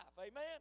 Amen